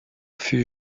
fut